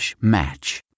match